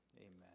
amen